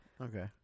okay